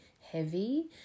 heavy